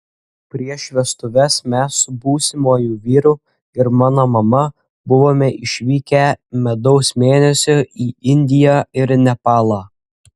prieš vestuves mes su būsimuoju vyru ir mano mama buvome išvykę medaus mėnesio į indiją ir nepalą